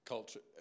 Culture